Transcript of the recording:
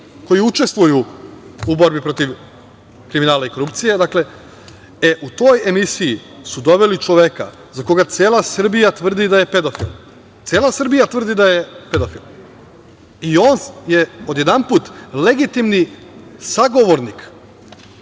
koji učestvuju u borbi protiv kriminala i korupcije.E, u toj emisiji su doveli čoveka za koga cela Srbija tvrdi da je pedofil, cela Srbija tvrdi da je pedofil i on je odjedanput legitimni sagovornik.